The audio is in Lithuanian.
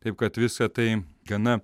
taip kad visa tai gana